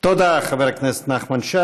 תודה, חבר הכנסת נחמן שי.